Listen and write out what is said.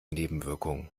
nebenwirkungen